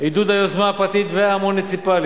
עידוד היוזמה הפרטית והמוניציפלית,